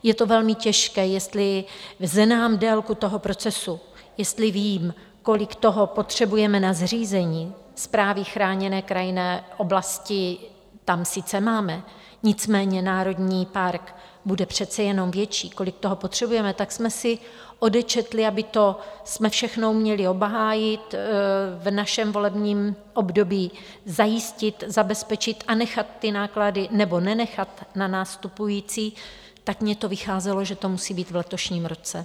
Je to velmi těžké, jestli znám délku toho procesu, jestli vím, kolik toho potřebujeme na zřízení, správy chráněné krajinné oblasti tam sice máme, nicméně národní park bude přece jenom větší, kolik toho potřebujeme, tak jsme si odečetli, abychom to všechno měli obhájit, v našem volebním období zajistit, zabezpečit a nechat ty náklady nebo nenechat na nastupující, tak mně to vycházelo, že to musí být v letošním roce.